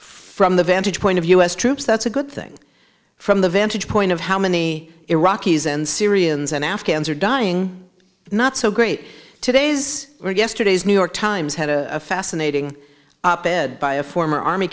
from the vantage point of u s troops that's a good thing from the vantage point of how many iraqis and syrians and afghans are dying not so great today is where yesterday's new york times had a fascinating up bed by a former army